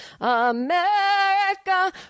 America